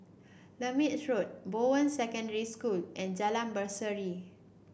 Lermit Road Bowen Secondary School and Jalan Berseri